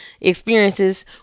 experiences